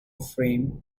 frame